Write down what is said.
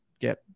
get